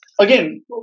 again